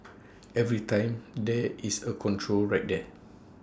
every time there is A control right there